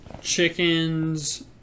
chickens